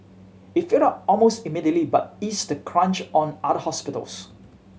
it filled up almost immediately but eased the crunch on other hospitals